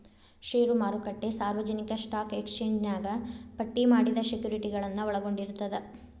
ಷೇರು ಮಾರುಕಟ್ಟೆ ಸಾರ್ವಜನಿಕ ಸ್ಟಾಕ್ ಎಕ್ಸ್ಚೇಂಜ್ನ್ಯಾಗ ಪಟ್ಟಿ ಮಾಡಿದ ಸೆಕ್ಯುರಿಟಿಗಳನ್ನ ಒಳಗೊಂಡಿರ್ತದ